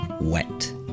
wet